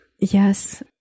Yes